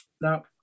Now